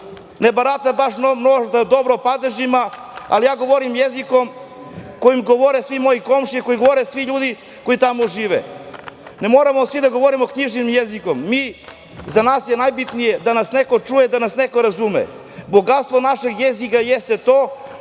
ne baratam možda dobro padežima, ali ja govorim jezikom kojim govore sve moje komšije, svi moji ljudi koji tamo žive. Ne moramo svi da govorimo književnim jezikom, za nas je najbitnije da nas neko čuje, da nas neko razume. Bogatstvo našeg jezika jeste to